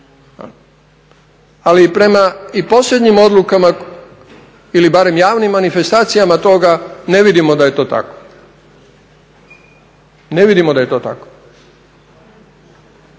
Ali i prema i posljednjim odlukama ili barem javnim manifestacijama toga ne vidimo da je to tako, ne vidimo da je to tako.